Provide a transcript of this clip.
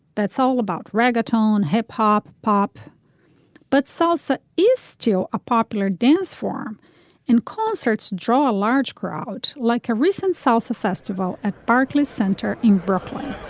that's all about reggaeton hip hop pop but salsa is still a popular dance form in concerts draw a large crowd like a recent salsa festival at barclays center in brooklyn